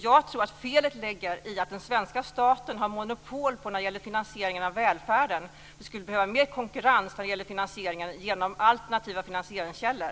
Jag tror att felet ligger i att den svenska staten har monopol på finansieringen av välfärden. Vi skulle behöva ha mer konkurrens när det gäller finansieringen genom alternativa finansieringskällor.